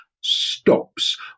stops